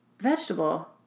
Vegetable